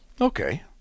Okay